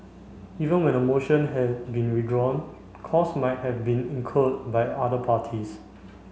even when a motion had been withdrawn costs might have been incurred by other parties